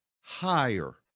higher